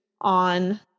on